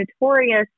notorious